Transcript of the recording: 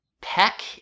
Peck